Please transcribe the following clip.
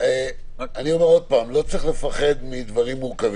לא צריך לפחד מדברים מורכבים,